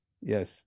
yes